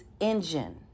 engine